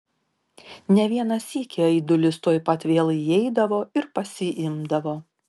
ne vieną sykį aidulis tuoj pat vėl įeidavo ir pasiimdavo